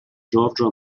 giorgio